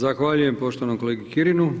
Zahvaljujem poštovanom kolegi Kirinu.